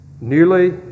newly